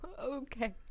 Okay